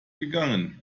gegangen